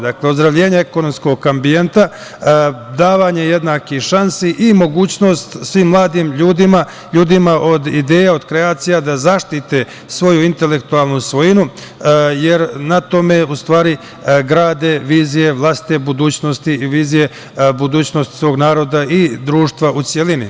Dakle, ozdravljenje ekonomskog ambijenta, davanje jednakih šansi i mogućnost svim mladim ljudima, ljudima od ideje, od kreacija, da zaštite svoju intelektualnu svojinu, jer na tome, u stvari, grade vizije vlastite budućnosti i vizije budućnosti svog naroda i društva u celini.